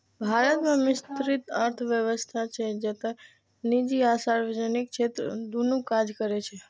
भारत मे मिश्रित अर्थव्यवस्था छै, जतय निजी आ सार्वजनिक क्षेत्र दुनू काज करै छै